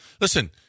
listen